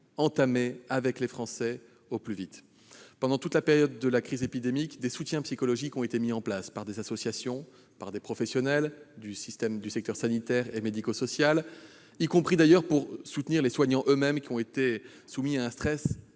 avec les Français. Pendant toute la période de crise épidémique, des soutiens psychologiques ont été mis en place par des associations et des professionnels du secteur sanitaire et médico-social, y compris, d'ailleurs, à destination des soignants eux-mêmes, qui ont été soumis à un stress